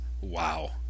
Wow